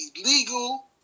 illegal